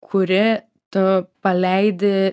kuri tu paleidi